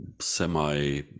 semi